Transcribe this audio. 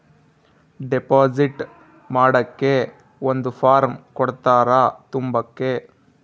deposit ಮಾಡಕ್ಕೆ ಒಂದ್ form ಕೊಡ್ತಾರ ತುಂಬಕ್ಕೆ